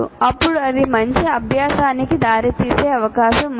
అప్పుడు అది మంచి అభ్యాసానికి దారితీసే అవకాశం ఉంది